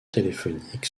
téléphoniques